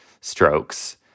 strokes